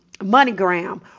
MoneyGram